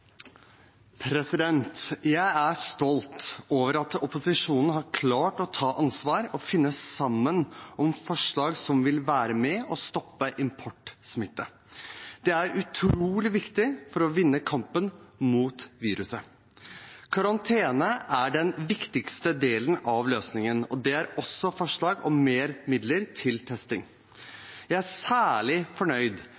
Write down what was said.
stolt over at opposisjonen har klart å ta ansvar og finne sammen om forslag som vil være med på å stoppe importsmitte. Det er utrolig viktig for å vinne kampen mot viruset. Karantene er den viktigste delen av løsningen, og det er også forslag om mer midler til